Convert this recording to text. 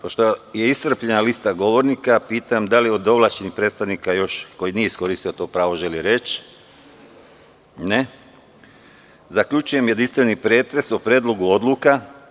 Pošto je iscrpljena lista govornika, pitam da li još neko od ovlašćenih predstavnika, koji nije iskoristio to pravo, želi reč? (Ne.) Zaključujem jedinstveni pretres o Predlogu odluka.